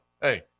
Hey